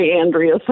Andrea